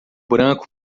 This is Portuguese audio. branco